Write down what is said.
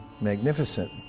magnificent